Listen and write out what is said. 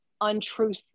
untruth